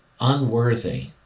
unworthy